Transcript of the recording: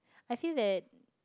I feel that